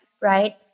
right